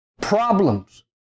Problems